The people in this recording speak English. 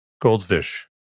goldfish